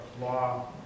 law